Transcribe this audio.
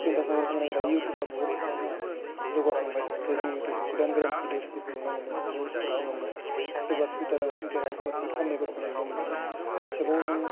screen touch mobile फैनाय लोगो लोगो दायो इउटुबआ बहुत जौगाखांबाय जे जो इउटुबाव गोदान गोदान भिडिअसफोरखौ नुनो मोनो निउसफोरखौ मोनो सोरबा टुइटाराव टुइटाराव सोरबा टुइट खालामनायफोरखौ नुनो मोनो वाट्ससेबआव जों